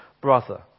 brother